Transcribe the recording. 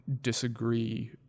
disagree